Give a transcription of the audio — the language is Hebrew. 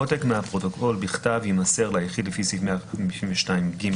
עותק מהפרוטוקול בכתב יימסר ליחיד לפי סעיף 152(ג)